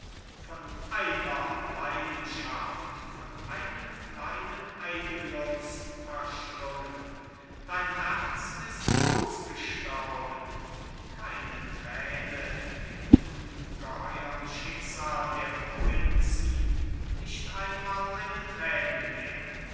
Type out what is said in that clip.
von einer leidenschaft von einem kleinen eigennutz verschlungen dein herz ist ausgestorben keine träne dem ungeheuern schicksal der provinzen nicht einmal eine träne mehr